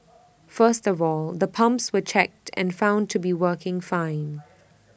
first of all the pumps were checked and found to be working fine